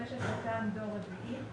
"רשת רט"ן דור רביעי"